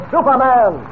Superman